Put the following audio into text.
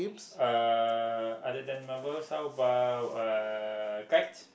uh other than marbles how about uh kites